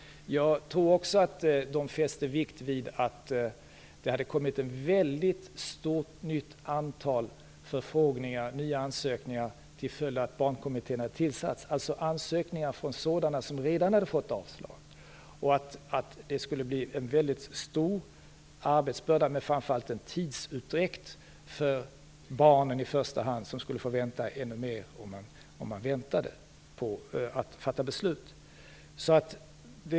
Jag tror också att de fäste vikt vid att det hade kommit ett mycket stort antal förfrågningar och nya ansökningar till följd av att Barnkommittén hade tillsatts, alltså ansökningar från sådana som redan hade fått avslag. Det skulle bli en väldigt stor arbetsbörda, men framför allt en tidsutdräkt för i första hand barnen, som skulle få vänta ännu mer om man dröjde med att fatta beslut.